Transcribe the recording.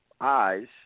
eyes